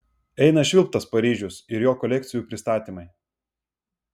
eina švilpt tas paryžius ir jo kolekcijų pristatymai